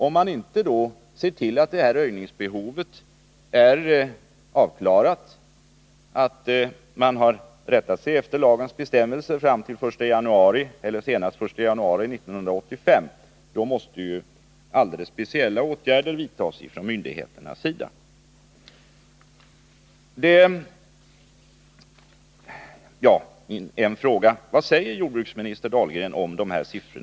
Om man inte rättar sig efter lagens bestämmelser och ser till att detta röjningsbehov är tillgodosett senast den 1 januari 1985, måste alldeles speciella åtgärder vidtas från myndigheternas sida. Vad säger jordbruksminister Dahlgren om dessa siffror?